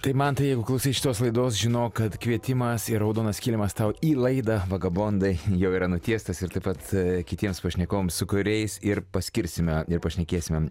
tai mantai jeigu klausai šitos laidos žinok kad kvietimas ir raudonas kilimas tau į laidą vagabondai jau yra nutiestas ir taip pat kitiems pašnekovams su kuriais ir paskirsime ir pašnekėsime